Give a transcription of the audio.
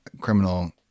criminal